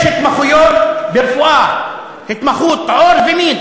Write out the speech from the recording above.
יש התמחויות ברפואה: התמחות עור ומין,